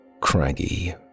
craggy